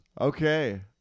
Okay